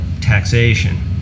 taxation